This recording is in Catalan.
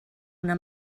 una